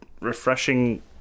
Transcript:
refreshing